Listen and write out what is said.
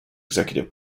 executive